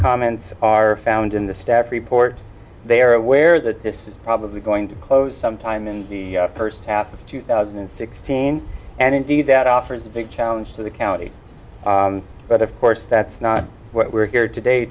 comments are found in the staff report they are aware that this is probably going to close sometime in the purse half of two thousand and sixteen and indeed that offers a big challenge to the county but of course that's not what we're here today